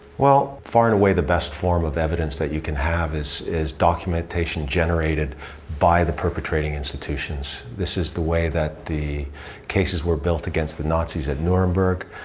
well, far and away the best form of evidence that you can have is is documentation generated by the perpetrating institutions. this is the way that the cases were built against the nazis at nuremberg.